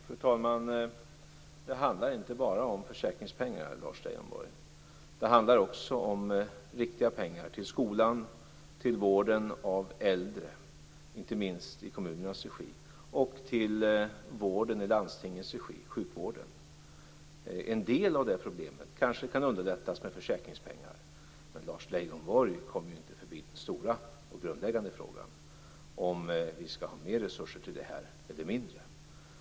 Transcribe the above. Fru talman! Det handlar inte bra om försäkringspengar, Lars Leijonborg. Det handlar också om riktiga pengar till skolan, till vården av äldre, inte minst i kommunernas regi, och till sjukvården i landstingens regi. En del av detta problem kanske kan underlättas med försäkringspengar. Men Lars Leijonborg kommer ju inte förbi den stora och grundläggande frågan om vi skall ha mer resurser eller mindre resurser till detta.